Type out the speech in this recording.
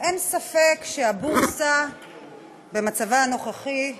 אין ספק שהבורסה במצבה הנוכחי חולה,